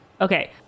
okay